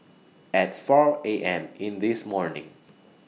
At four A M in This morning